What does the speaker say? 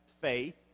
faith